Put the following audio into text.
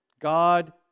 God